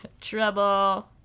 Trouble